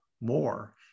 more